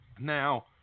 Now